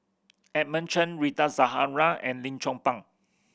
Edmund Chen Rita Zahara and Lim Chong Pang